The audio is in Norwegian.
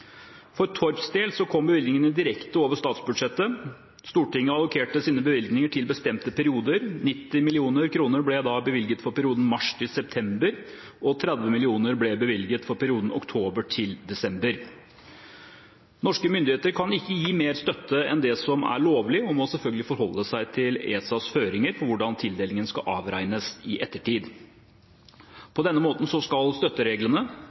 For Torps del kom bevilgningene direkte over statsbudsjettet. Stortinget allokerte sine bevilgninger til bestemte perioder. 90 mill. kr ble bevilget for perioden mars–september, og 30 mill. kr ble bevilget for perioden oktober–desember. Norske myndigheter kan ikke gi mer støtte enn det som er lovlig, og må selvfølgelig forholde seg til ESAs føringer for hvordan tildelinger skal avregnes i ettertid. På denne måten skal